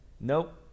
Nope